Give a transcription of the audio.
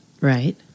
Right